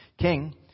king